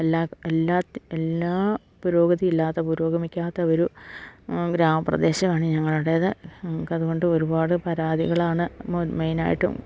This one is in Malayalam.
എല്ലാ പുരോഗതി ഇല്ലാത്ത പുരോഗമിക്കാത്ത ഒരു ഗ്രാമപ്രദേശമാണ് ഞങ്ങളുടേത് ഞങ്ങൾക്ക് അതുകൊണ്ട് ഒരുപാട് പരാതികളാണ് മെയിനായിട്ടും